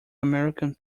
american